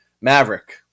Maverick